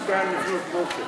שתיים לפנות בוקר,